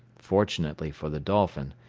fortunately for the dolphin,